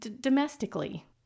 domestically